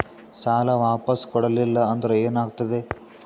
ಸಾಲ ವಾಪಸ್ ಕೊಡಲಿಲ್ಲ ಅಂದ್ರ ಏನ ಆಗ್ತದೆ?